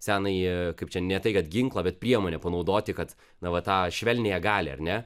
senąjį kaip čia ne tai kad ginklą bet priemonę panaudoti kad na va tą švelniąją galią ar ne